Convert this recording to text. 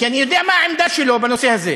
כי אני יודע מה העמדה שלו בנושא הזה.